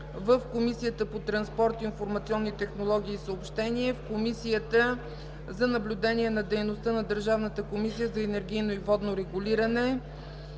Комисията по транспорт, информационни технологии и съобщения; Комисията за наблюдение на дейността на Държавната комисия за енергийно и водно регулиране;